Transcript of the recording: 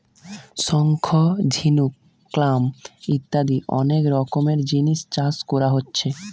শঙ্খ, ঝিনুক, ক্ল্যাম ইত্যাদি অনেক রকমের জিনিস চাষ কোরা হচ্ছে